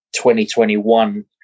2021